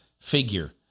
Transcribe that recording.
figure